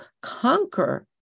conquer